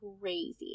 crazy